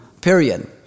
period